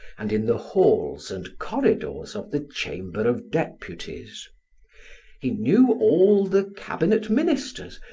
and in the halls and corridors of the chamber of deputies he knew all the cabinet ministers,